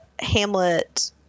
Hamlet